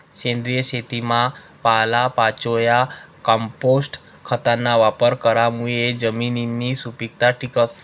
सेंद्रिय शेतीमा पालापाचोया, कंपोस्ट खतना वापर करामुये जमिननी सुपीकता टिकस